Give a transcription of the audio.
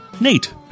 Nate